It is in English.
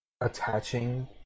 attaching